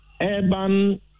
urban